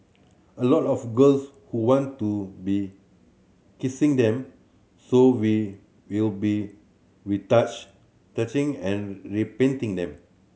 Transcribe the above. a lot of girls who want to be kissing them so we will be retouch touching and repainting them